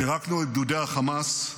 פירקנו את גדודי החמאס,